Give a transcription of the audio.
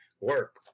work